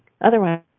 Otherwise